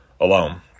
alone